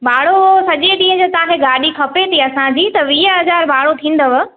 भाड़ो सॼे ॾींहुं जो तव्हांखे गाॾी खपे थी असांजी त वीह हज़ार भाड़ो थींदव